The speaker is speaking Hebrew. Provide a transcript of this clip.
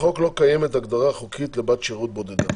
בחוק לא קיימת הגדרה חוקית לבת שירות בודדה